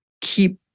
keep